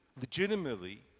legitimately